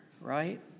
right